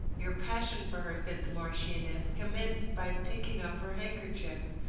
your passion for her, said the marchioness, commenced by picking up her handkerchief.